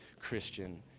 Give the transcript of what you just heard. Christian